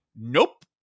Nope